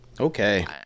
Okay